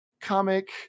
comic